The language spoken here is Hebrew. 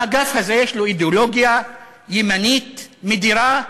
האגף הזה, יש לו אידיאולוגיה ימנית, מדירה.